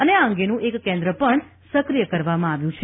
અને આ અંગેનું એક કેન્દ્ર પણ સક્રિય કરવામાં આવ્યું છે